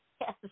Yes